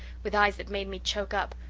with eyes that made me choke up,